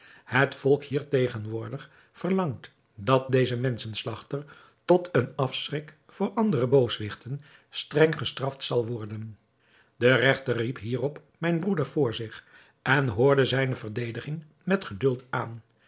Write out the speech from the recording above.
het volk hier tegenwoordig verlangt dat deze menschen slagter tot een afschrik voor andere booswichten streng gestraft zal worden de regter riep hierop mijn broeder voor zich en hoorde zijne verdediging met geduld aan